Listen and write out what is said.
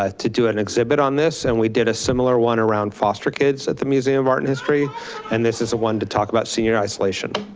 ah to do an exhibit on this and we did a similar one around foster kids at the museum of art and history and this is one to talk about senior isolation.